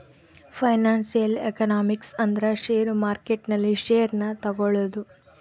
financial economics ಅಂದ್ರ share market ನಲ್ಲಿ share ನ ತಗೋಳೋದು